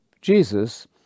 Jesus